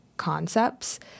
Concepts